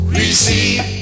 receive